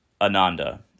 Ananda